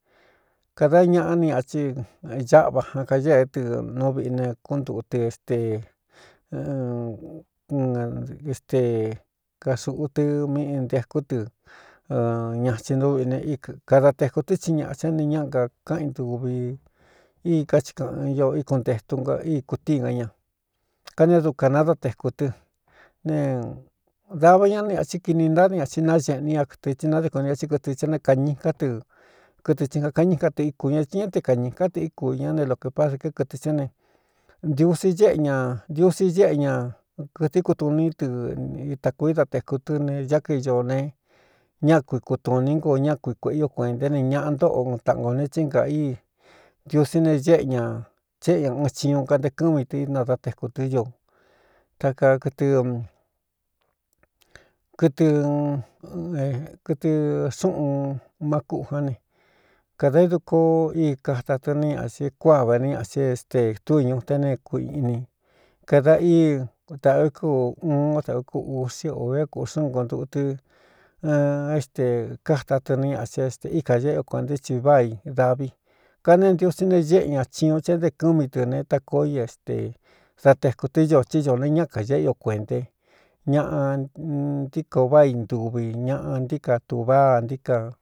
Kada ñaꞌa ni ñachi ñáꞌva jan kaéé tɨ nú viꞌi ne kúntuꞌu tɨ ste ɨɨnéste ka xūꞌu tɨ míꞌn ntekú tɨ ña thi ntu viꞌi n kada tekū tɨ́ tsi ñaꞌa tsɨa ni ñaꞌa kakáꞌi ntuvi í kachikaꞌann io íkuntetu nka í kūtíi ga ña kanee dukān nadáteku tɨ ne dava ña ni chí kini ntádi ñaci nañeꞌni ña kɨtɨ tsɨ nade kuni ñatí kɨtɨ thɨ né kañikán tɨ kɨtɨ tsɨ nkakanñíkan tɨ íkū ña ti ña é té kañīkán tɨ í ku ña nté lokēpa dké kɨtɨ̄ tɨ ne ntiusi ñéꞌe ñā ntiusi ñéꞌe ña kɨdɨí kutu ní tɨ itakū i da teku tɨ ne ñá kaño ne ñá kui kutun iní ngo ñá kui kuēꞌe io kuēnté ne ñaꞌa ntóꞌo ɨn taꞌng ō ne tsí n ka í ntiusí ne ñéꞌe ña chéꞌe ña ɨɨn chiun kante kɨ́mi tɨ inadá teku tɨ́ ño ta kakɨtɨ kɨtɨkɨtɨ xúꞌun má kúꞌján ne kadā ídukoo í káda tɨn nɨ ñsi kuá vani ñꞌx éste túñu te ne kuiꞌni kada í dāꞌvi kú u uun ó dēꞌá kú usí o vé kūꞌxɨn kontuꞌu tɨ n é xte káda tɨ nɨ ñaꞌsi ste íkañéꞌe o kuānté csi váā i dāvi kaneé ntiusí ne ñéꞌe ña chiun tse é nte kɨ́mi tɨ ne takoo i éste da tekū tɨ́ ño tsí ño ne ñá kañéꞌe io kuēnte ñaꞌa ntíkoo váꞌā i ntuvi ñaꞌa ntíka tuváa ntíka.